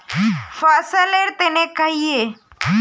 फसल लेर तने कहिए?